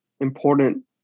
important